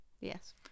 Yes